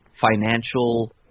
financial